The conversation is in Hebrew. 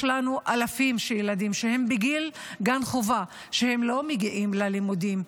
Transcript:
יש לנו אלפים של ילדים בגיל גן חובה שלא מגיעים ללימודים,